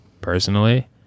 personally